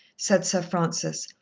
said sir francis,